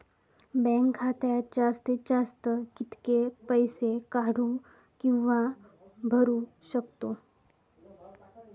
Bank खात्यात जास्तीत जास्त कितके पैसे काढू किव्हा भरू शकतो?